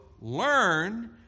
learn